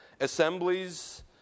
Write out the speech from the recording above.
assemblies